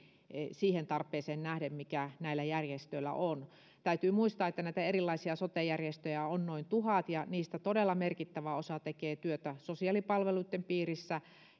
siihen tarpeeseen nähden mikä näillä järjestöillä on täytyy muistaa että erilaisia sote järjestöjä on noin tuhat ja niistä todella merkittävä osa tekee työtä sosiaalipalveluitten piirissä